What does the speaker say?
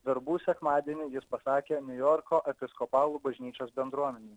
verbų sekmadienį jis pasakė niujorko episkopalų bažnyčios bendruomenei